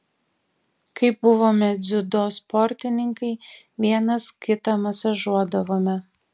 kai buvome dziudo sportininkai vienas kitą masažuodavome